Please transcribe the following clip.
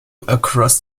across